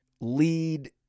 lead